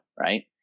right